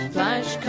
Flash